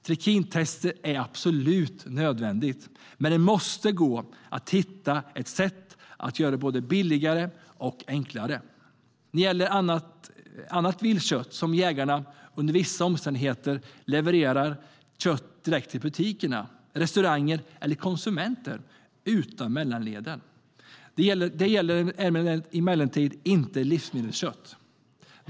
Trikintester är absolut nödvändiga, men det måste gå att hitta ett sätt att göra det både billigare och enklare. När det gäller annat viltkött kan jägare under vissa omständigheter leverera kött direkt till butiker, restauranger eller konsumenter utan mellanleden. Det gäller emellertid inte vildsvinskött.